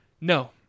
No